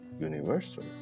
universal